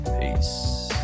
peace